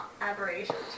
aberrations